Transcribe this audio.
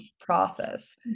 process